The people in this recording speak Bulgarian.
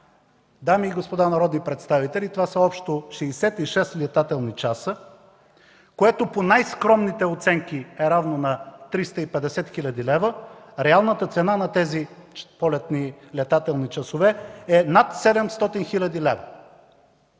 Дами и господа народни представители, това са общо 66 летателни часа, което, по най-скромните оценки, е равно на 350 хил. лв. Реалната цена на тези летателни часове е над 700 хил. лв.